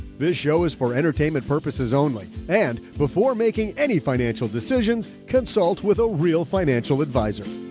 this show is for entertainment purposes only. and before making any financial decisions. consult with a real financial advisor.